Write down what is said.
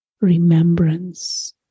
remembrance